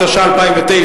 התש"ע 2009,